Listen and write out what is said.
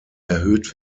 erhöht